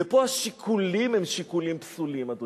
ופה השיקולים הם שיקולים פסולים, אדוני.